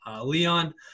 Leon